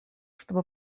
чтобы